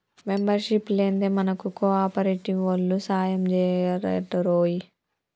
membership లేందే మనకు కోఆపరేటివోల్లు సాయంజెయ్యరటరోయ్